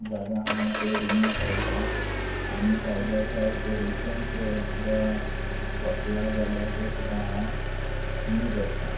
जाल्यार हांव तें रिन्यू करतां आनी सायड बाय सायड पोल्युशन सुद्दां सोंपलां जाल्यार तें सुद्दां हांव न्यू करता